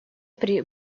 при